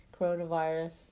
coronavirus